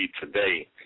today